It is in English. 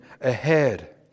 ahead